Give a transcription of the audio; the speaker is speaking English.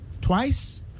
Twice